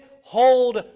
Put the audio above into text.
hold